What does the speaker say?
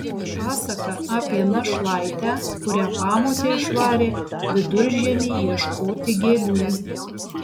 pasaka apie našlaitę kurią pamotė išvarė viduržiemį ieškoti gėlių